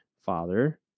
father